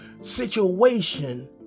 situation